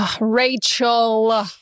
Rachel